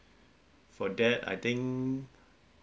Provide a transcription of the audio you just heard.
for that I think